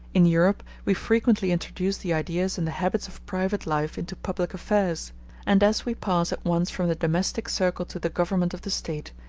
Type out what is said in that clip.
in europe we frequently introduce the ideas and the habits of private life into public affairs and as we pass at once from the domestic circle to the government of the state,